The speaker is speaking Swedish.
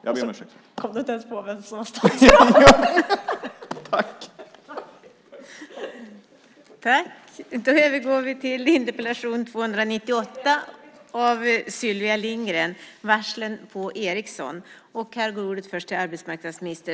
Jag ber om ursäkt för det.